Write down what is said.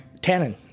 tannin